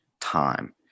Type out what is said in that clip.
time